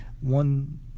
One